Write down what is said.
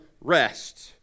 rest